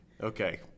Okay